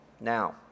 Now